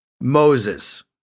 Moses